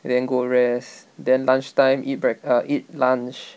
and then go rest then lunchtime eat break~ uh eat lunch